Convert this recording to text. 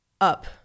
up